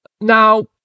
Now